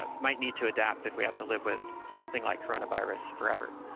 um might need to adapt if we have to live with something like coronavirus forever.